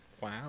Wow